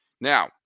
Now